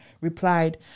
replied